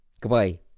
Goodbye